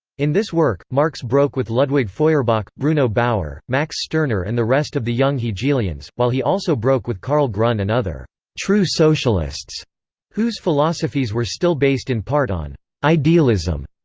in this work, marx broke with ludwig feuerbach, bruno bauer, max stirner and the rest of the young hegelians, while he also broke with karl grun and other true socialists socialists whose philosophies were still based in part on idealism.